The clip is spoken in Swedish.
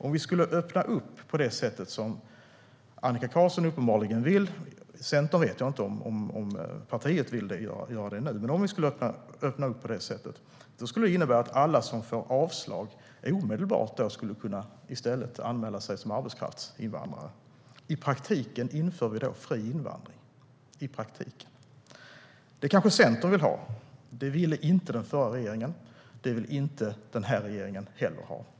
Om vi skulle öppna på det sätt som Annika Qarlsson uppenbarligen vill - jag vet inte om partiet vill göra det nu - skulle det innebära att alla som får avslag omedelbart skulle kunna anmäla sig som arbetskraftsinvandrare i stället. Då inför vi i praktiken fri invandring. Det kanske Centern vill ha. Det ville inte den förra regeringen ha. Det vill inte den här regeringen heller ha.